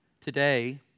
Today